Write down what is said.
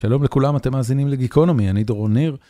שלום לכולם, אתם מאזינים לגיקונומי, אני דורון ניר.